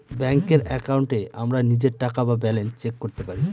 ব্যাঙ্কের একাউন্টে আমরা নিজের টাকা বা ব্যালান্স চেক করতে পারি